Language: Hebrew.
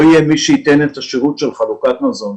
לא יהיה מי שייתן את השירות של חלוקת מזון,